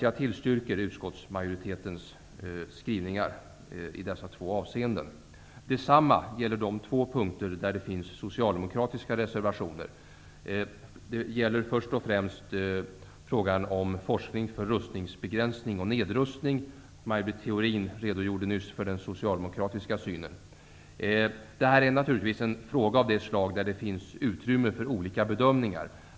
Jag tillstyrker därför utskottsmajoritetens skrivningar i dessa två avseenden. Detsamma gäller de två punkter där det finns socialdemokratiska reservationer. Det gäller först och främst forskning för rustningsbegränsning och nedrustning. Maj Britt Theorin redogjorde nyss för den Socialdemokratiska synen. Detta är givetvis en fråga där det finns utrymme för olika bedömningar.